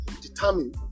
determine